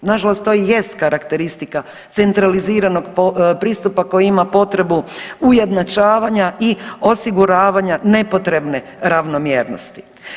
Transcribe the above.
Nažalost to i jest karakteristika centraliziranog pristupa koji ima potrebu ujednačavanja i osiguravanja nepotrebne ravnomjernosti.